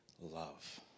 love